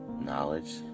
knowledge